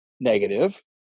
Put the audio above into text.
negative